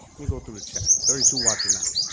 we go through the chat thirty two watchin now.